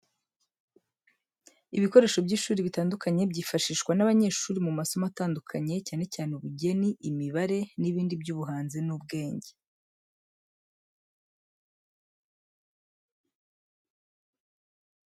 Ibikoresho by'ishuri bitandukanye byifashishwa n'abanyeshuri mu masomo atandukanye, cyane cyane ubugeni, imibare, n'ibindi by’ubuhanzi n’ubwenge.